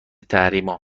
تحریما